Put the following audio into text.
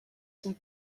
sont